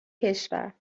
کشور